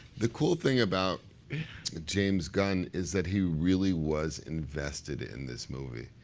the cool thing about james gunn is that he really was invested in this movie.